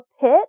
pit